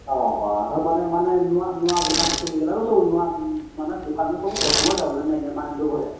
ହଁ ହଁ ମାନେ ମାନେ ନୂଆ ନୂଆ ଦୋକାନ ଖୋଲି ଗଲାରୁ ସବୁ ନୂଆ ମାନେ ଦୋକାନରୁ ସବୁ କଷ୍ଟମର୍ ଯାଉଛନ୍ତି ନେଇକି ମାନେ ଲୋଭରେ